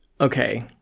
Okay